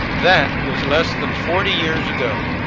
that was less than forty years ago.